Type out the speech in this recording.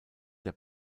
der